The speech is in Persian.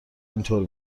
اینطور